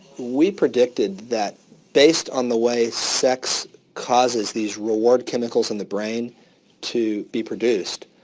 we predicted that based on the way sex causes these reward chemicals in the brain to be produced,